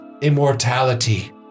immortality